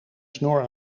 snor